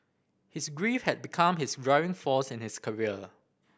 his grief had become his driving force in his career